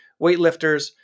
weightlifters